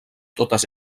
totes